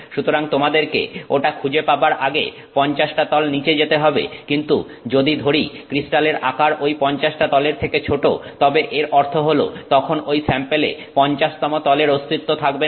সুতরাং তোমাদেরকে ওটা খুঁজে পাবার আগে 50 টা তল নিচে যেতে হবে কিন্তু যদি ধরি ক্রিস্টালের আকার ঐ 50 টা তলের থেকে ছোট তবে এর অর্থ হলো তখন ঐ স্যাম্পেলে পঞ্চাশতম তলের অস্তিত্ব থাকবে না